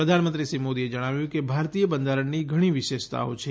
પ્રધાનમંત્રી શ્રી મોદીએ જણાવ્યું કે ભારતીય બંધારણની ધણી વિશેષતાઓ છે